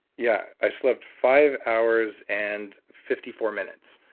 yeah i slept five hours and fifty four minutes.